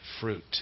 fruit